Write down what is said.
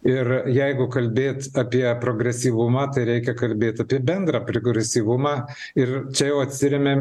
ir jeigu kalbėt apie progresyvumą tai reikia kalbėt apie bendrą progresyvumą ir čia jau atsiremiam